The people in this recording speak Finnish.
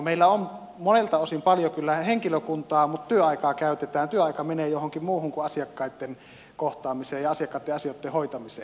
meillä on monelta osin paljon kyllä henkilökuntaa mutta työaika menee johonkin muuhun kuin asiakkaitten kohtaamiseen ja asiakkaitten asioiden hoitamiseen